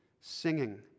singing